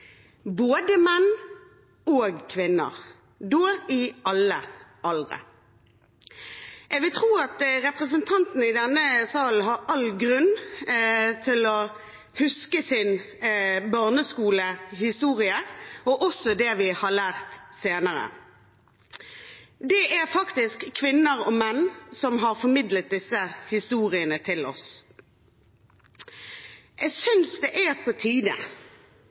både menn og kvinner og i alle aldre. Jeg vil tro at representantene i denne salen har all grunn til å huske sin barneskolehistorie, og også det vi har lært senere. Det er faktisk kvinner og menn som har formidlet disse historiene til oss. Jeg synes det er på tide